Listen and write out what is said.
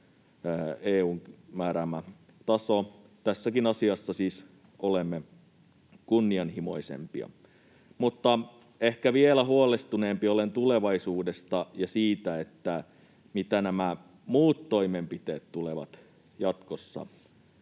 EU:n määräämä taso. Tässäkin asiassa siis olemme kunnianhimoisempia. Mutta ehkä vielä huolestuneempi olen tulevaisuudesta ja siitä, mitä nämä muut toimenpiteet tulevat jatkossa